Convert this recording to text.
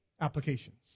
applications